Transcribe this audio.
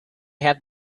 have